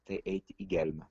tai eiti į gelmę